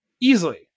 easily